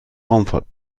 raumfahrt